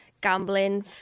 gambling